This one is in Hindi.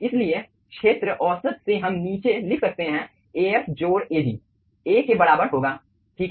इसलिए क्षेत्र औसत से हम नीचे लिख सकते हैं Af जोड़ Ag A के बराबर होगा ठीक है